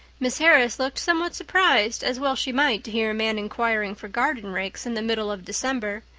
miss harris looked somewhat surprised, as well she might, to hear a man inquiring for garden rakes in the middle of december.